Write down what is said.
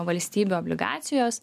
valstybių obligacijos